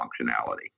functionality